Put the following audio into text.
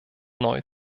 neu